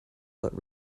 what